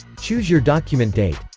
choose your document date